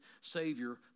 Savior